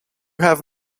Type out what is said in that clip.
have